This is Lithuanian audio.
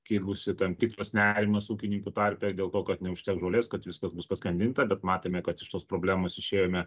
kilusi tam tikras nerimas ūkininkų tarpe dėl to kad neužteks žolės kad viskas bus paskandinta bet matėme kad iš tos problemos išėjome